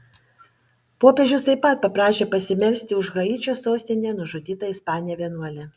popiežius taip pat paprašė pasimelsti už haičio sostinėje nužudytą ispanę vienuolę